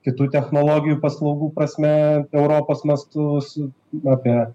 kitų technologijų paslaugų prasme europos mastu su apie